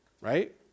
right